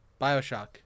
Bioshock